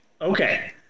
Okay